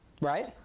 Right